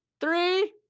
Three